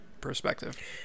perspective